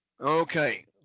Okay